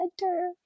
Center